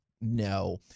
No